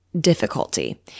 difficulty